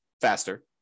faster